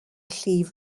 llif